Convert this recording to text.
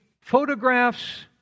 photographs